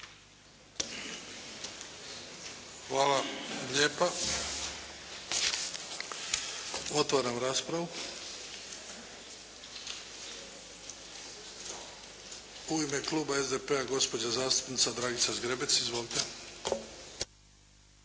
Hvala lijepa. Otvaram raspravu. U ime kluba SDP-a gospođa zastupnica Dragica Zgrebec. Izvolite!